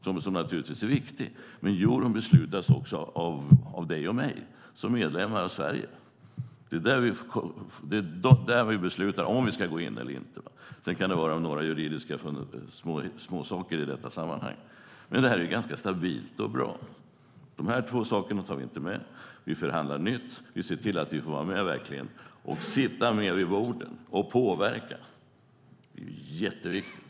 Det är naturligtvis viktigt, men frågan om euron beslutas också av dig och mig som medborgare i Sverige. Det är vi som beslutar om huruvida vi ska gå med eller inte, även om det finns en del juridiska småsaker att ta hänsyn till. Det är ganska stabilt och bra. Vi tar inte med de två sakerna. Vi förhandlar nytt. Vi ser till att vi får vara med vid bordet och påverka. Det är jätteviktigt.